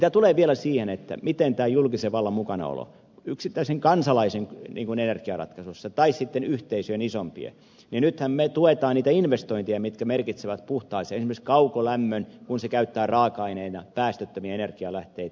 mitä tulee vielä siihen miten julkinen valta on mukana yksittäisen kansalaisen energiaratkaisuissa tai sitten isompien yhteisöjen niin nythän me tuemme niitä investointeja mitkä merkitsevät siirtymistä esimerkiksi puhtaampaan kaukolämpöön kun se käyttää raaka aineena päästöttömiä energialähteitä